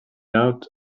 out